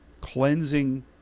cleansing